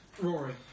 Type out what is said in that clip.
Rory